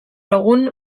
egun